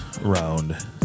round